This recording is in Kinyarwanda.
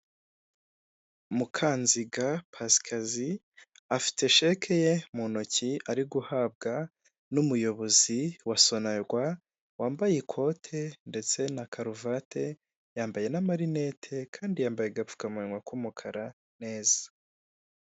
Mukanziga Pasikazi afite sheke ye mu ntoki ari guhabwa n'umuyobozi wa Sonarwa wambaye ikote ndetse na karuvate, yambaye na marinete kandi yambaye agapfukamunwa k'umukara neza.